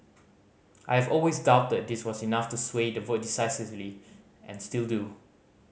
I've always doubted this was enough to sway the vote decisively and still do